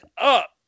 up